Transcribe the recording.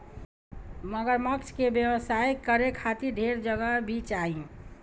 मगरमच्छ के व्यवसाय करे खातिर ढेर जगह भी चाही